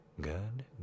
good